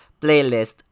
Playlist